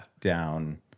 down